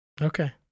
Okay